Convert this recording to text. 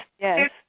yes